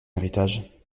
héritage